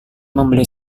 membeli